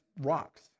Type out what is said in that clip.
rocks